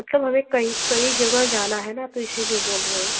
मतलब हमें कई कई जगह जाना है न तो इसीलिए बोल रहें